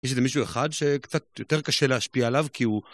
יש איזה מישהו אחד שקצת יותר קשה להשפיע עליו כי הוא...